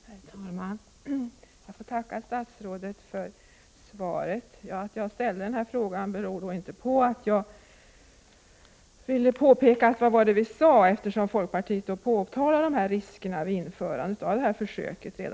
Herr talman! Jag tackar statsrådet för svaret. Att jag framställde frågan beror inte på att jag ville framhålla att vi i folkpartiet hade rätt. Vi påtalade ju riskerna med att införa försöksverksamheten redan detta läsår.